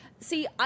See